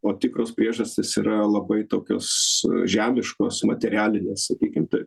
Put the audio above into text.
o tikros priežastys yra labai tokios žemiškos materialinės sakykim taip